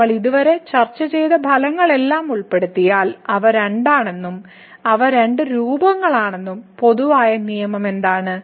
നമ്മൾ ഇതുവരെ ചർച്ച ചെയ്ത ഫലങ്ങളെല്ലാം ഉൾപ്പെടുത്തിയാൽ അവ രണ്ടാണെന്നും അവ രണ്ട് രൂപങ്ങളാകാമെന്നും പൊതുവായ നിയമം എന്താണ്